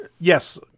yes